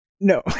No